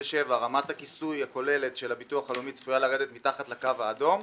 2027 רמת הכיסוי הכוללת של הביטוח הלאומי צפויה לרדת מתחת לקו האדום,